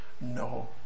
no